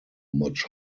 much